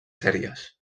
sèries